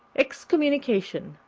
excommunication,